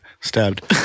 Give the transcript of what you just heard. stabbed